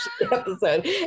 episode